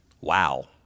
Wow